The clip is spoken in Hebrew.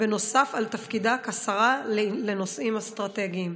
נוסף על תפקידה כשרה לנושאים אסטרטגיים.